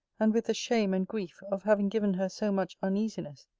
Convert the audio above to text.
and with the shame and grief of having given her so much uneasiness.